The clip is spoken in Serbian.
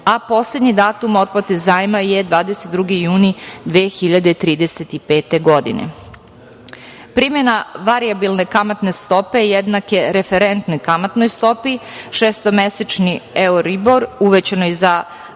a poslednji datum otplate zajma je 22. jun 2035. godine. Primena varijabilne kamatne stope jednake referentnoj kamatnoj stopi, šestomesečni euribor uvećanoj za